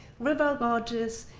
river gorges,